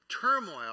turmoil